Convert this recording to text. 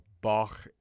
Bach